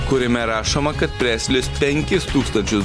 kuriame rašoma kad preslis penkis tūkstančius